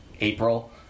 April